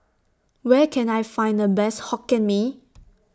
Where Can I Find The Best Hokkien Mee